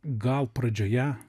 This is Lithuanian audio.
gal pradžioje